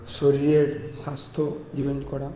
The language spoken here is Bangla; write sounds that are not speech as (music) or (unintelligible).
শরীরের স্বাস্থ্য (unintelligible) করা